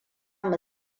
mu